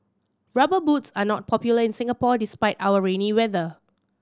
Rubber Boots are not popular in Singapore despite our rainy weather